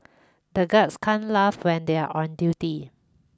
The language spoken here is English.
the guards can't laugh when they are on duty